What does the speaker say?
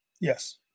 Yes